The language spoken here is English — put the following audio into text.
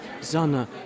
Zana